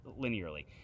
linearly